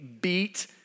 beat